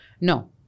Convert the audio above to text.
No